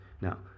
Now